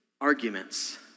arguments